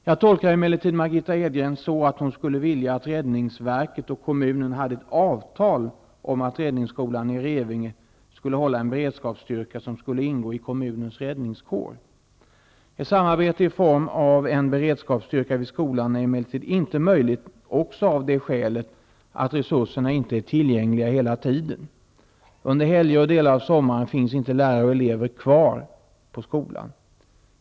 Jag tolkar emellertid Margitta Edgren så att hon skulle vilja att räddningsverket och kommunen hade ett avtal om att räddningsskolan i Revinge skulle hålla en beredskapsstyrka som skulle ingå i kommunens räddningskår. Ett samarbete i form av en beredskapsstyrka vid skolan är emellertid inte möjligt också av det skälet att resurserna inte är tillgängliga hela tiden. Under helger och delar av sommaren finns inte lärare och elever kvar på skolan.